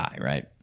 Right